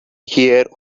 here